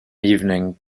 evening